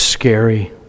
scary